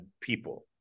people